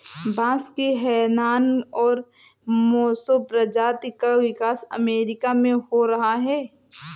बांस की हैनान और मोसो प्रजातियों का विकास अमेरिका में हो रहा है